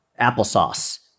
applesauce